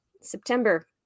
September